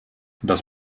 das